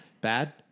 Bad